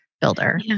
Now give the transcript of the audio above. builder